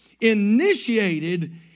initiated